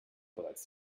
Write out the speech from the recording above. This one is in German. bereits